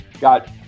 got